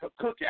Cookout